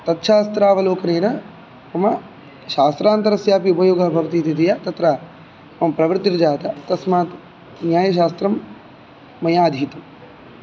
तच्छास्त्रावलोकनेन मम शास्त्रान्तरस्यापि उपयोगः भवति इति धिया तत्र मम प्रवृत्तिर्जाता तस्मात् न्यायशास्त्रं मया अधीतम्